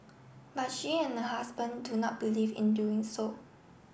but she and her husband do not believe in doing so